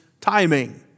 timing